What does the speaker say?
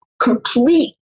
complete